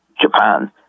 Japan